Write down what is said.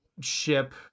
ship